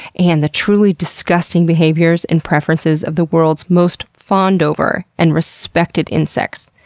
and the truly disgusting behaviors and preferences of the world's most fawned-over and respected insects.